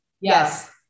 yes